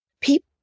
people